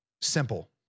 Simple